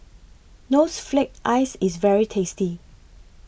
knows flake Ice IS very tasty